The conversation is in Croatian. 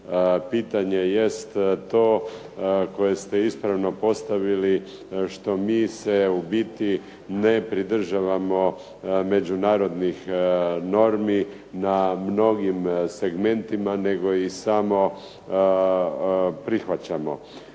pitanje jest to koje ste ispravno postavili što mi se ne pridržavamo međunarodnih normi na mnogim segmentima nego ih samo prihvaćamo.